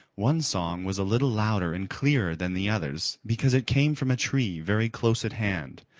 one song was a little louder and clearer than the others because it came from a tree very close at hand,